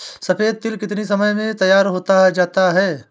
सफेद तिल कितनी समय में तैयार होता जाता है?